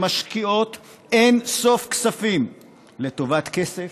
שמשקיעות אין-סוף כספים לטובת כסף,